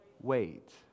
Wait